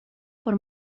por